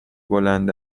بلند